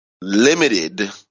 limited